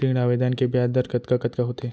ऋण आवेदन के ब्याज दर कतका कतका होथे?